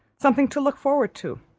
something to look forward to.